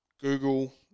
Google